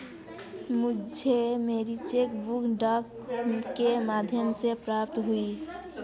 मुझे मेरी cheque book डाक के माध्यम से प्राप्त हुई है